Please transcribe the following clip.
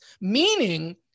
meaning